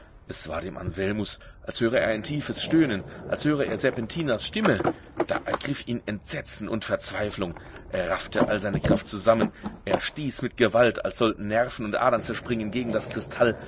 es war dem anselmus als höre er ein tiefes stöhnen als höre er serpentinas stimme da ergriff ihn entsetzen und verzweiflung er raffte alle seine kraft zusammen er stieß mit gewalt als sollten nerven und adern zerspringen gegen das kristall